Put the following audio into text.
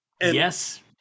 Yes